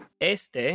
Este